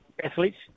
athletes